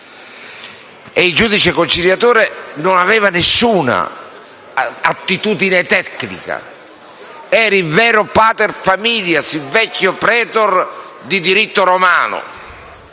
Il giudice conciliatore non aveva alcuna attitudine tecnica; era il vero *pater familias*, il vecchio *praetor* di diritto romano.